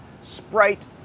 Sprite